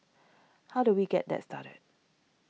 how do we get that started